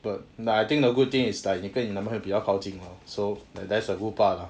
but now I think the good thing is like 你跟你的男朋友比较靠近 lor so that's the good part lah